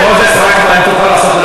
אין שום כותרת.